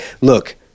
look